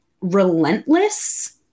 relentless